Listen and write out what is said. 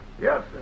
Yes